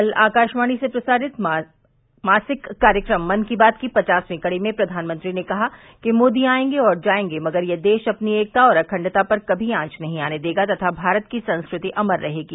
कल आकाशवाणी से प्रसारित मासिक कार्यक्रम मन की बात की पचासवीं कड़ी में प्रघानमंत्री ने कहा कि मोदी आयेंगे और जाएंगे मगर यह देश अपनी एकता और अखंडता पर कभी आंच नहीं आने देगा तथा भारत की संस्कृति अमर रहेगी